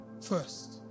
first